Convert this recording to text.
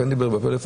כן דיבר בפלאפון,